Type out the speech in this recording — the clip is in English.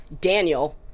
Daniel